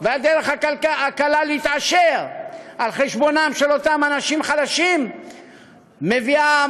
והדרך הקלה להתעשר על חשבונם של אותם חלשים מביאה,